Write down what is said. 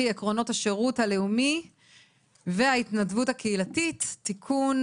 (עקרונות השירות הלאומי וההתנדבות הקהילתית) (תיקון),